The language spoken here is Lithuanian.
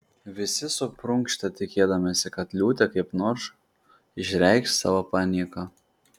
visi suprunkštė tikėdamiesi kad liūtė kaip nors išreikš savo panieką